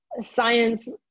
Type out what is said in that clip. science